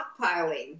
stockpiling